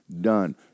done